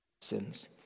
sins